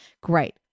great